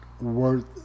worth